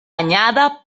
anyada